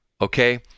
okay